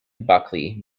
buckley